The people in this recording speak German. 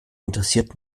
interessiert